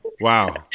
Wow